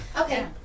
Okay